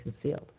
concealed